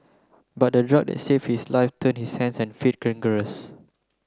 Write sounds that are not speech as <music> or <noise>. but the drug that save his life turned his hands and feet <unintelligible>